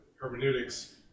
hermeneutics